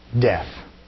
death